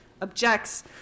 objects